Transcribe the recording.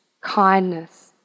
kindness